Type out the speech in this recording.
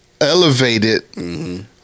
elevated